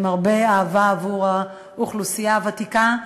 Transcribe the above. עם הרבה אהבה עבור האוכלוסייה הוותיקה,